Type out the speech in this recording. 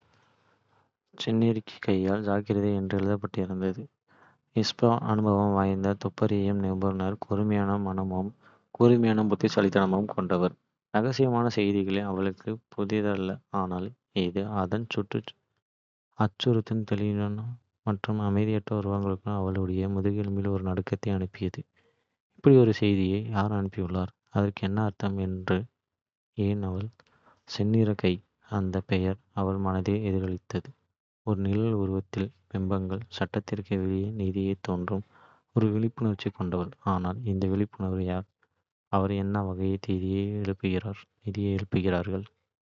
செந்நிறக் கையால் ஜாக்கிரதை என்று எழுதப்பட்டிருந்தது. நீதி வழங்கப்படும், ஆனால் என்ன விலை. இஸபெல்லா, அனுபவம் வாய்ந்த துப்பறியும் நிபுணர், கூர்மையான மனமும் கூர்மையான புத்திசாலித்தனமும் கொண்டவள். ரகசியமான செய்திகள். அவளுக்குப் புதிதல்ல. ஆனால் இது, அதன் அச்சுறுத்தும் தொனி மற்றும் அமைதியற்ற உருவகங்களுடன் அவளுடைய முதுகெலும்பில் ஒரு நடுக்கத்தை அனுப்பியது. இப்படி ஒரு செய்தியை யார் அனுப்புவார்கள். அதற்கு என்ன அர்த்தம்? ஏன் அவள். செந்நிறக் கை. அந்தப் பெயர் அவள் மனதில் எதிரொலித்தது, ஒரு நிழல் உருவத்தின் பிம்பங்கள், சட்டத்திற்கு வெளியே நீதியைத் தேடும் ஒரு விழிப்புணர்ச்சி. கொண்டவள். ஆனால் இந்த விழிப்புணர்வு யார், அவர்கள் என்ன வகையான நீதியை எதிர்பார்த்தார்கள்.